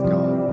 God